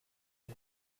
est